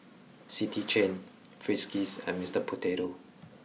City Chain Friskies and Mister Potato